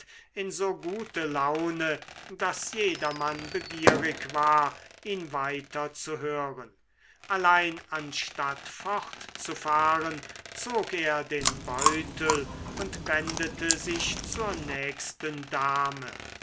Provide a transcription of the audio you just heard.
in so gute laune daß jedermann begierig war ihn weiter zu hören allein anstatt fortzufahren zog er den beutel und wendete sich zur nächsten dame